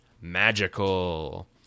magical